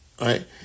right